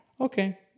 Okay